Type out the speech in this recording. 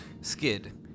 Skid